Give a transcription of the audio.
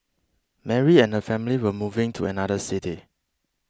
Mary and her family were moving to another city